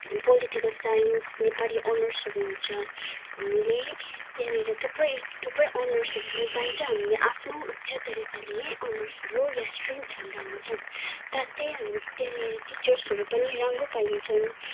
political science Nepali अनर्सहरू हुन्छ हामीले त्यहाँनिर थुप्रै थुप्रै अनर्सहरू पनि पाइन्छ हामीले आफ्नो इच्छा तरिकाले अनर्सहरू या स्ट्रिम छान्दा हुन्छ साथै हाम्रा टे टिचर्सहरू पनि राम्रो पाइन्छन्